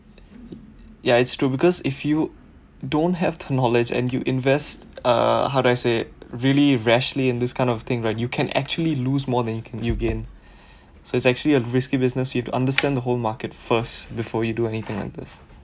ya it's true because if you don't have the knowledge and you invest uh how do I said it really rashly in this kind of thing right you can actually lose more than you can you gain so it's actually a risky business you have to understand the whole market first before you do anything like this